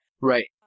right